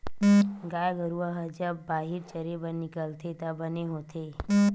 गाय गरूवा ह जब बाहिर चरे बर निकलथे त बने होथे